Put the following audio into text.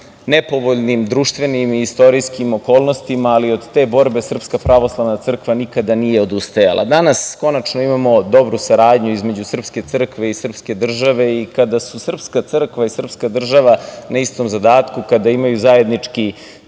nepovoljnim, društvenim i istorijskim okolnostima, ali od te borbe SPC nikada nije odustajala. Danas konačno imamo dobru saradnju između srpske crkve i srpske države. Kada su srpska crkva i srpska država na istom zadatku i kada imaju zajednički